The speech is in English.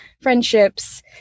friendships